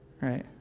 right